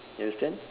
you understand